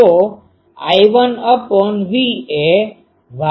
તો l1V એ Y14 હશે